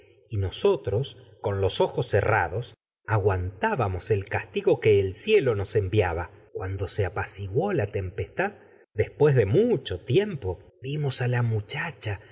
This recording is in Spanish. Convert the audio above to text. y nosotros que con los ojos nos ce rrados ba aguantábamos el castigo se el cielo envia mu cuando apaciguó la tempestad después de cho tiempo vimos a la muchacha